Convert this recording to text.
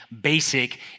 basic